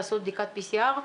לעשות בדיקת PCR,